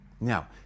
Now